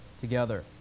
together